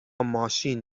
ماشین